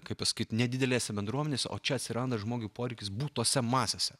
kaip pasakyt nedidelėse bendruomenėse o čia atsiranda žmogui poreikis būt tose masėse